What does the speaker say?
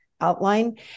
outline